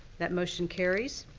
that motion carries.